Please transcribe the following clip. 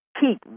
Keep